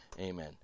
Amen